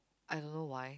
I don't know why